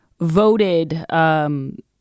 voted